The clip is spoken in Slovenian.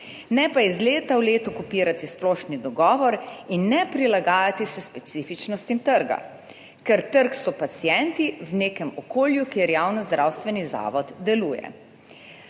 Ne pa iz leta v leto kopirati splošni dogovor in ne prilagajati se specifičnostim trga, ker trg so pacienti v nekem okolju, kjer javni zdravstveni zavod deluje.